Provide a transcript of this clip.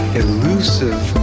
elusive